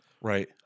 Right